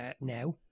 now